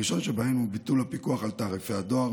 הראשון שבהם הוא ביטול הפיקוח על תעריפי הדואר,